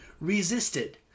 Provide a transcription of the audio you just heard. resisted